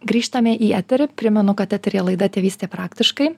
grįžtame į eterį primenu kad eteryje laida tėvystė praktiškai